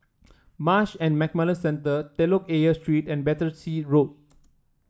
Marsh and McLennan Centre Telok Ayer Street and Battersea Road